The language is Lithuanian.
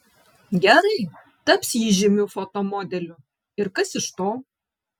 gerai taps ji žymiu fotomodeliu ir kas iš to